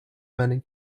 meinen